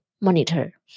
monitor